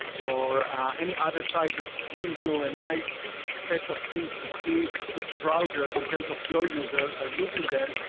or any other site that's giving you a nice set of things to see which browsers, in terms of your users, are using them.